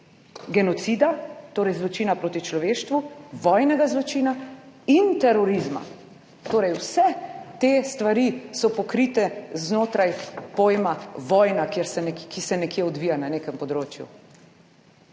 genocida, torej zločina proti človeštvu, vojnega zločina in terorizma, torej vse te stvari so pokrite znotraj pojma vojna, ki se nekje odvija na nekem področju.